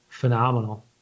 phenomenal